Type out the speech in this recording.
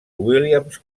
williams